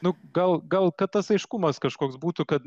nu gal gal kad tas aiškumas kažkoks būtų kad